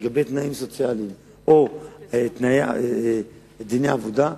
לגבי תנאים סוציאליים או תנאי דיני עבודה,